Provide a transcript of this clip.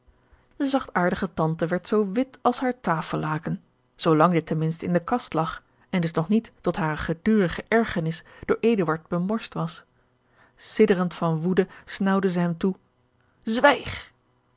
de zachtaardige tante werd zoo wit als haar tafellaken zoo lang dit ten minste in de kast lag en dus nog niet tot hare gedurige ergernis door eduard bemorst was sidderend van woede snaauwde zij hem toe zwijg